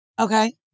Okay